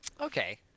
Okay